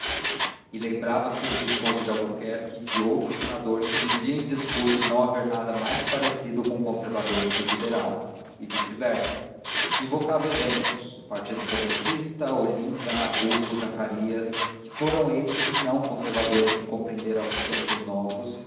e lembrava-se do visconde de albuquerque ou de outro senador que dizia em discurso não haver nada mais parecido com um conservador que um liberal e vice-versa e evocava exemplos o partido progressista olinda nabuco zacarias que foram eles senão conservadores que compreenderam os tempos novos